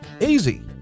Easy